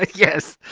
yes,